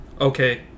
Okay